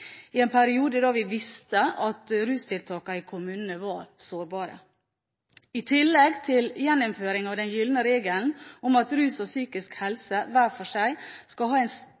i en periode da vi visste at rustiltakene i kommunene var sårbare. I tillegg til gjeninnføring av den gylne regelen om at rus og psykisk helse hver for seg skal ha en